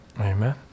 Amen